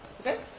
Okay